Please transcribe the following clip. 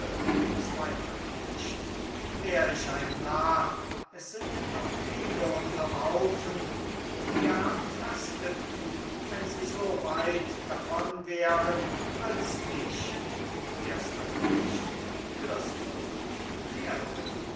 zweiter knecht wär ich ein narr es sind noch viele unterm haufen die gern fasteten wenn sie so weit davon wären als ich erster knecht hörst du pferde